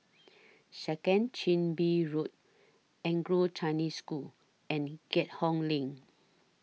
Second Chin Bee Road Anglo Chinese School and Keat Hong LINK